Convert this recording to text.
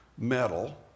metal